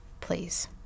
please